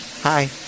Hi